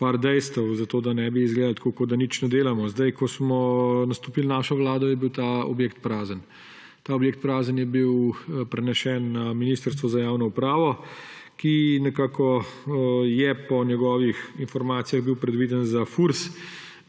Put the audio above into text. par dejstev, zato da ne bi izgledalo tako, kot da nič ne delamo. Ko smo nastopili našo vlado, je bil ta objekt prazen. Ta prazen objekt je bil prenesen na Ministrstvo za javno upravo, ki nekako je po njegovih informacijah bil predviden za Furs,